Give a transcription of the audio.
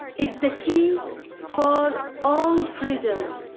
is the key for all freedoms,